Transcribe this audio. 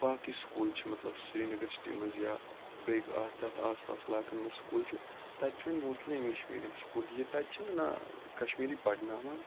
باقٕے سکوٗل چھِ مَطلَب سرینگر سٹی مَنٛز یا بیٚیہِ آ تتھ آس پاس عَلاقَن مَنٛز سکوٗل چھِ تَتہِ چھِ وَنۍ موسلی اِنٛگلِش میٖڈیم سکوٗل یہِ تَتہِ چھِ نہٕ نہَ کَشمیٖری پَرناوان